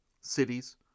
cities